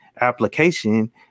application